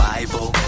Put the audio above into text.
Bible